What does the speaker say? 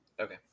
Okay